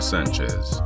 Sanchez